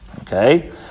okay